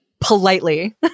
politely